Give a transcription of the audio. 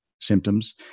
symptoms